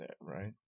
right